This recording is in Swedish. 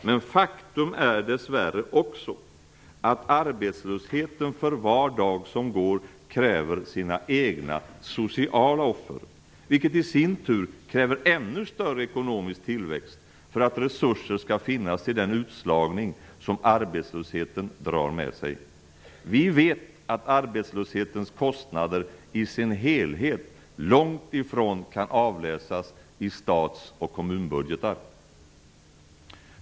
Men faktum är dessvärre också att arbetslösheten för var dag som går kräver sina egna sociala offer, vilket i sin tur kräver ännu större ekonomisk tillväxt för att resurser skall finnas till att avhjälpa den utslagning som arbetslösheten drar med sig. Vi vet att arbetslöshetens kostnader i sin helhet långt ifrån kan avläsas i stats och kommunbudgetar.